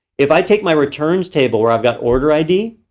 if i take my returns table where i've got order id,